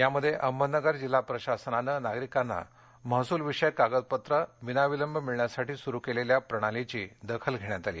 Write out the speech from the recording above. या मध्ये अहमदनगर जिल्हा प्रशासनाने नागरिकांना महसूल विषयक कागदपत्रे विनाविलंब मिळण्यासाठी सुरू केलेल्या प्रणालीची दखल घेण्यात आली